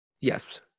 Yes